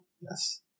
Yes